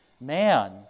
Man